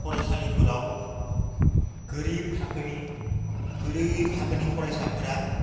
फरायसालिफोराव गोरिब थाखोनि फरायसाफोरा